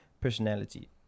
personality